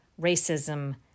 racism